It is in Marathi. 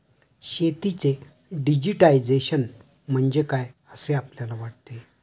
शेतीचे डिजिटायझेशन म्हणजे काय असे आपल्याला वाटते?